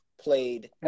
played